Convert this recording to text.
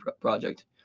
project